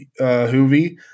Hoovy